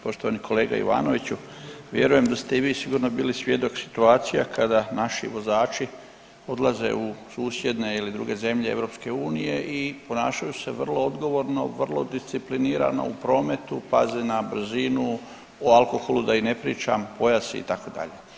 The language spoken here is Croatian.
Poštovani kolega Ivanoviću vjerujem da ste i vi sigurno bili svjedok situacija kada naši vozači odlaze u susjedne ili druge zemlje EU i ponašaju se vrlo odgovorno, vrlo disciplinirano u prometu, paze na brzinu, o alkoholu da i ne pričam, pojasi itd.